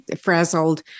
frazzled